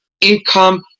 income